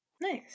Nice